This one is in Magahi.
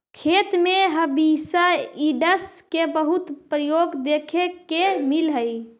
खेत में हर्बिसाइडस के बहुत प्रयोग देखे के मिलऽ हई